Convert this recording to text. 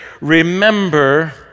Remember